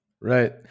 Right